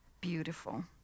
beautiful